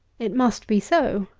it must be so.